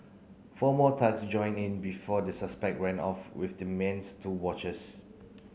four more thugs joined in before the suspect ran off with the man's two watches